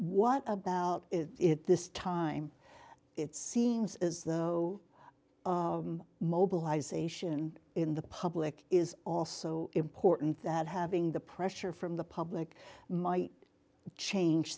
what about it this time it seems as though mobilization in the public is also important that having the pressure from the public might change